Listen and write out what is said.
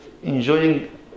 enjoying